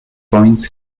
points